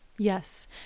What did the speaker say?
Yes